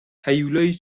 هیولایی